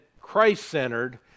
Christ-centered